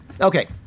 Okay